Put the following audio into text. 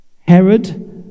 Herod